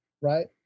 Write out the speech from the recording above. right